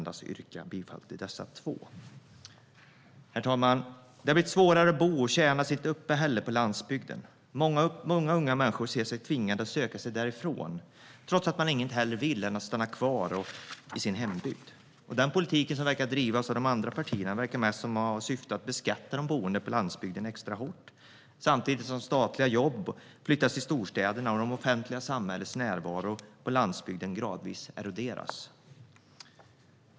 Det har blivit allt svårare att bo och tjäna sitt uppehälle på landsbygden. Många unga människor ser sig tvingade att söka sig därifrån trots att de inget hellre vill än att stanna kvar i sin hembygd. Den politik som bedrivs av de andra partierna verkar mest ha som syfte att beskatta de boende på landsbygden extra hårt, samtidigt som statliga jobb flyttas till storstäderna och det offentliga samhällets närvaro på landsbygden gradvis eroderas.